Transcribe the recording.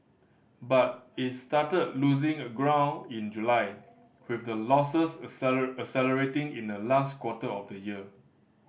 but it started losing a ground in July with the losses accelerating in the last quarter of the year